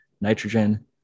nitrogen